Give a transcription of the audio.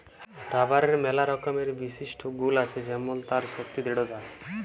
রাবারের ম্যালা রকমের বিশিষ্ট গুল আছে যেমল তার শক্তি দৃঢ়তা